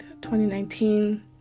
2019